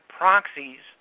proxies